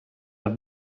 have